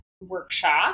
workshop